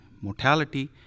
mortality